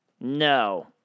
No